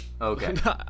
Okay